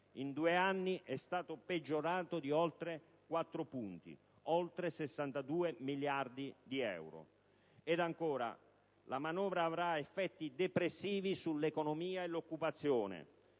in due anni è stato peggiorato di oltre quattro punti (oltre 62 miliardi di euro). Ed ancora, la manovra avrà effetti depressivi sull'economia e l'occupazione.